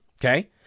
Okay